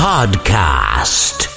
Podcast